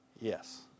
Yes